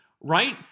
right